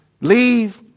Leave